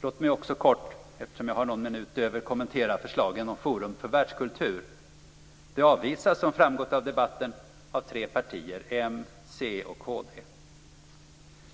Låt mig också kort kommentera förslaget om Forum för världskultur. Det avvisas, som framgått av debatten, av tre partier, m, c och kd.